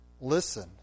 listen